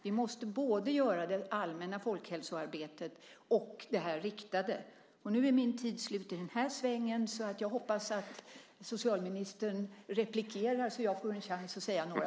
Vi måste göra både det allmänna folkhälsoarbetet och det riktade.